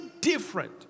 different